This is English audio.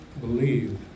Believe